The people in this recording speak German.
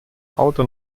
auto